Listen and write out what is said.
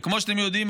וכמו שאתם יודעים,